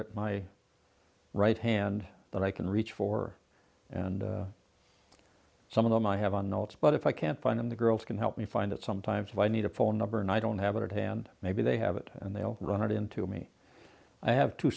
at my right hand that i can reach for and some of them i have on notes but if i can't find them the girls can help me find it sometimes i need a phone number and i don't have it at hand maybe they have it and they'll run it into me i have t